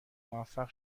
موفق